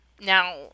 now